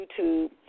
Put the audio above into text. YouTube